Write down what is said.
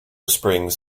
springs